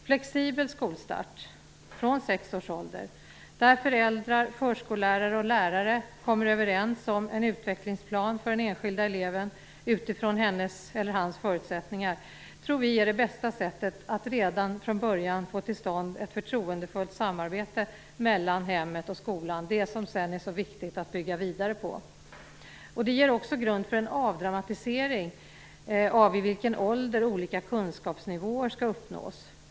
Flexibel skolstart från sex års ålder där föräldrar, förskolelärare och lärare kommer överens om en utvecklingsplan för den enskilda eleven utifrån hennes eller hans förutsättningar tror vi är det bästa sättet att redan från början få till stånd ett förtroendefullt samarbete mellan hemmet och skolan - det som det sedan är så viktigt att bygga vidare på. Det lägger också grunden för en avdramatisering när det gäller frågan om vid vilken ålder olika kunskapsnivåer skall uppnås.